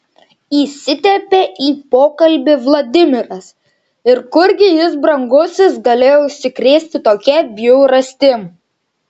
įsiterpė į pokalbį vladimiras ir kurgi jis brangusis galėjo užsikrėsti tokia bjaurastim